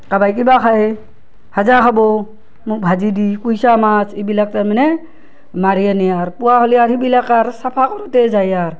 কাবাই কিবা খাই ভাজা খাবো মোক ভাজি দি কুইছা মাছ এইবিলাক তাৰমানে মাৰি আনে আৰ পুৱা হ'লি আৰ সেইবিলাক আৰ চাফা কৰোতেই যায় আৰ